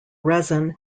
resin